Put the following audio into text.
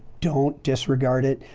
don't disregard it.